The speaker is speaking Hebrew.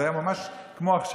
זה היה ממש כמו עכשיו.